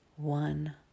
one